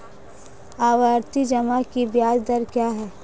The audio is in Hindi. आवर्ती जमा की ब्याज दर क्या है?